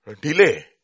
Delay